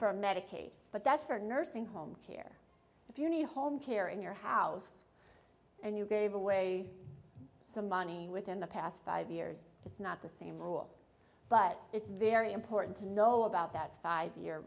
for medicaid but that's for nursing home care if you need home care in your house and you gave away some money within the past five years it's not the same rule but it's very important to know about that five year